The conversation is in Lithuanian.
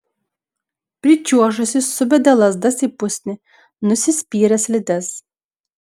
pričiuožusi subedė lazdas į pusnį nusispyrė slides